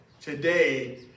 Today